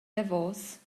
davos